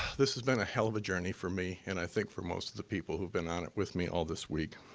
this has been a hell of a journey for me, and i think for most of the people who have been on it with me all this week.